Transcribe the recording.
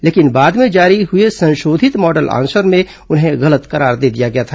लेकिन बाद में जारी हुए संशोधित मॉडल आंसर में उन्हें गलत करार दे दिया गया था